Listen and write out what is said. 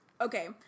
Okay